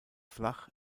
flach